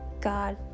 god